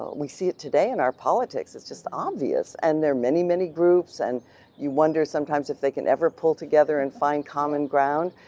we see it today in our politics, it's just obvious, and there are many many groups and you wonder sometimes if they could ever pull together and find common ground,